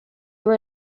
were